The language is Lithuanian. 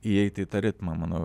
įeiti į tą ritmą manau